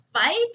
fight